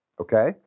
okay